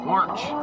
March